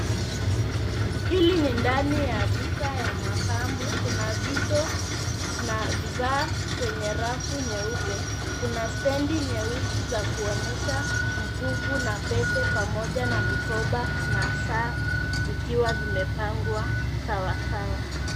Hili ni ndani ya duka ya mapambo. Kuna vito na vifaa kwenye rafu nyeupe, kuna stendi nyeusi za kuonyesha mkufu na pete pamoja na mikoba na saa zikiwa zimepangwa sawasawa.